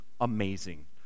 amazing